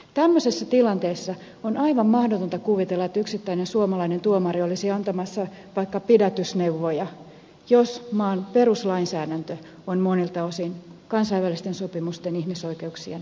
tämmöisessä tilanteessa on aivan mahdotonta kuvitella että yksittäinen suomalainen tuomari olisi antamassa vaikka pidätysneuvoja jos maan peruslainsäädäntö on monilta osin kansainvälisten sopimusten ihmisoikeuksien vastainen